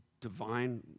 divine